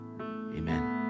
Amen